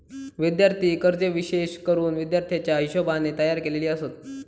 विद्यार्थी कर्जे विशेष करून विद्यार्थ्याच्या हिशोबाने तयार केलेली आसत